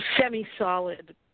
semi-solid